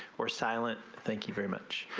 or silent thank you very much